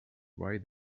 why